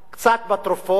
קצת בתרופות,